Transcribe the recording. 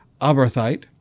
Abarthite